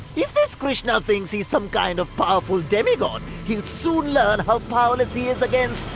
if this krishna thinks he's some kind of powerful demigod, he'll soon learn how powerless he is against